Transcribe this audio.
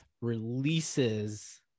releases